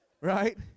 right